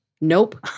Nope